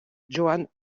johann